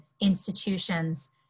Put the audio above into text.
institutions